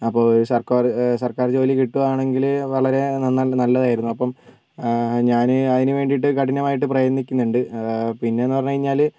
അപ്പോൾ സർക്കാർ സർക്കാർ ജോലി കിട്ടുവാണെങ്കിൽ വളരെ നല്ല നല്ലതായിരുന്നു അപ്പം ഞാൻ അതിന് വേണ്ടിയിട്ട് കഠിനമായിട്ട് പ്രയത്നിക്കുന്നുണ്ട് പിന്നെ എന്ന് പറഞ്ഞുകഴിഞ്ഞാൽ